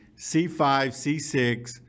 C5-C6